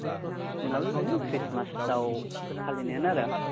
जोंनाबो बेनो ख्रिस्टमासाव फालिनायानो आरो